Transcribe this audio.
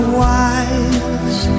wise